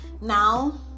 Now